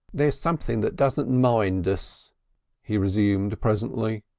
there's something that doesn't mind us, he resumed presently.